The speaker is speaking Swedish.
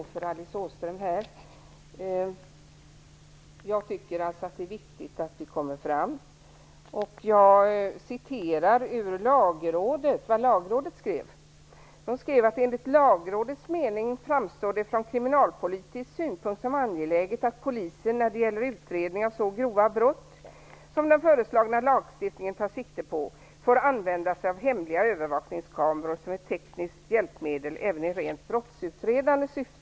Herr talman! Den åsikten får stå för Alice Åström. Jag tycker att det är viktigt att vi går framåt. Lagrådet skriver: Enligt Lagrådets mening framstår det från kriminalpolitisk synpunkt som angeläget att polisen, när det gäller utredning av så grova brott som den föreskrivna lagstiftningen tar sikte på, får använda sig av hemliga övervakningkameror som ett tekniskt hjälpmedel även i rent brottsutredande syfte.